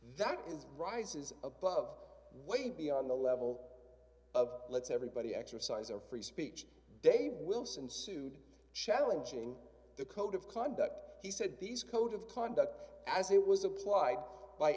that is rises above way beyond the level of let's everybody exercise or free speech day wilson sued challenging the code of conduct he said these code of conduct as it was applied by